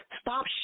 Stop